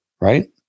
right